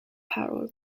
power